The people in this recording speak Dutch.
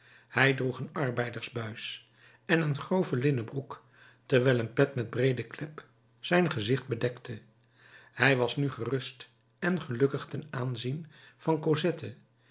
hij droeg een arbeidersbuis en een grove linnen broek terwijl een pet met breeden klep zijn gezicht bedekte hij was nu gerust en gelukkig ten aanzien van